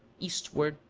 eastward,